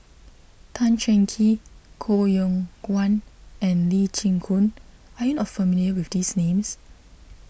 Tan Cheng Kee Koh Yong Guan and Lee Chin Koon are you not familiar with these names